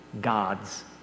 God's